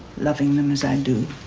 loving them as i do?